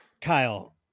Kyle